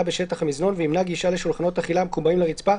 בשטח המזנון וימנע גישה לשולחנות אכילה המקובעים לרצפה,